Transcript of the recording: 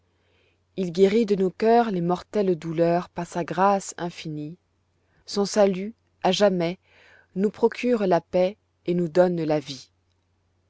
il guérit de nos cœurs les mortelles douleurs par sa grâce infinie son salut à jamais nous procure la paix et nous donne la vie